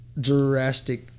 drastic